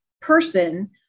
person